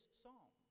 psalm